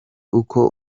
uko